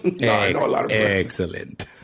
Excellent